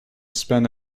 spend